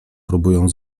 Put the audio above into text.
próbują